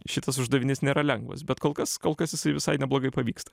šitas uždavinys nėra lengvas bet kol kas kol kas jisai visai neblogai pavyksta